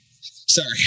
Sorry